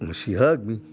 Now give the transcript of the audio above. and she hugged